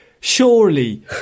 surely